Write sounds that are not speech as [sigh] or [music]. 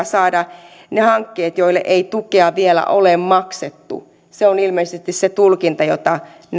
[unintelligible] saada ne hankkeet joille ei tukea vielä ole maksettu se on ilmeisesti se tulkinta jota